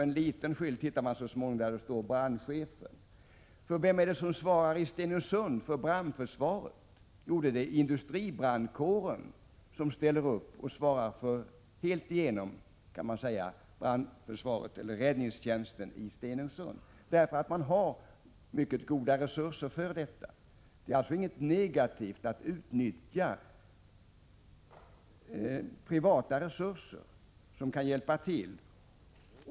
En liten skylt hittar man så småningom där det står brandchefen. För vem är det i Stenungsund som svarar för brandförsvaret? Jo, det är industribrandkåren som ställer upp och helt igenom svarar för räddningstjänsten i Stenungsund. Man har nämligen mycket goda resurser för detta. Det är alltså inget negativt att utnyttja privata resurser.